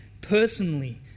personally